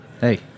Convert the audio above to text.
hey